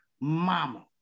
mama